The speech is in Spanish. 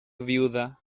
viuda